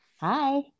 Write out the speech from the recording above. Hi